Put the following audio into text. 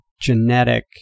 genetic